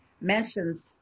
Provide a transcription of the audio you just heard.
mentions